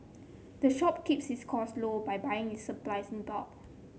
the shop keeps its costs low by buying its supplies in bulk